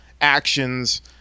actions